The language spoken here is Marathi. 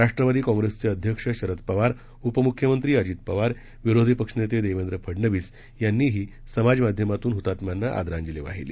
राष्ट्रवादी काँप्रेसचे अध्यक्ष शरद पवार उपमुख्यमंत्री अजित पवार विरोधी पक्षनेते देवेंद्र फडणवीस यांनीही समाजमाध्यमातून हुतात्म्यांना आदरांजली वाहिली